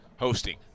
hosting